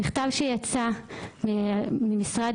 מכתב שיצא מהמחלקה של החופים במשרד